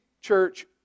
church